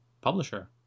publisher